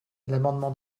l’amendement